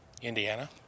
Indiana